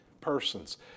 persons